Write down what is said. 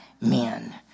men